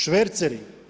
Šverceri?